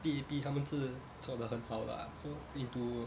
P_A_P 他们自做的很好 lah so into